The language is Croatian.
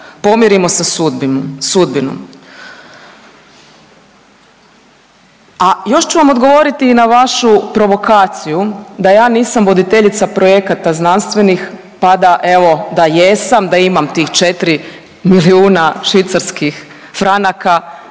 pomirimo sa sudbinom. A još ću vam odgovoriti i na vašu provokaciju da ja nisam voditeljica projekata znanstvenih, pa da evo da jesam, da imam tih 4 milijuna švicarskih franaka